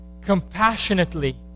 compassionately